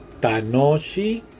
TANOSHI